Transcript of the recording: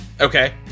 Okay